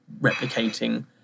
replicating